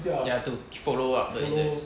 ya have to keep follow up the index